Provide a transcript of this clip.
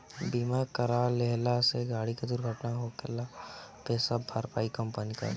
बीमा करा लेहला से गाड़ी के दुर्घटना होखला पे सब भरपाई कंपनी करेला